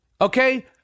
okay